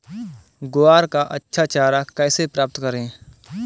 ग्वार का अच्छा चारा कैसे प्राप्त करें?